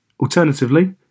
Alternatively